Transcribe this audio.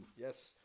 yes